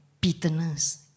bitterness